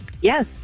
Yes